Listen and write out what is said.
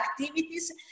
activities